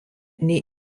nei